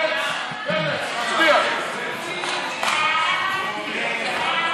חוק גיל פרישה (תיקון מס'